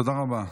תודה רבה.